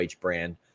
brand